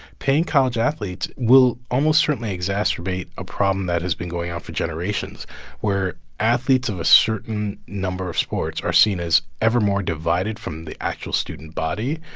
paying college athletes will almost certainly exacerbate a problem that has been going on for generations where athletes of a certain number of sports are seen as ever more divided from the actual student body.